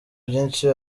byinshi